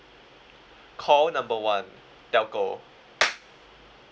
call number one telco